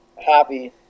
happy